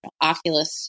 Oculus